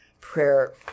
prayer